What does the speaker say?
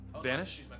Vanish